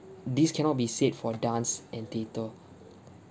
this cannot be said for dance and theatre